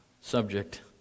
subject